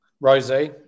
Rosie